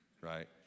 right